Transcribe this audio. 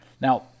Now